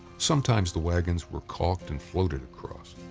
sometimes the wagons were caulked and floated across.